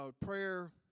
prayer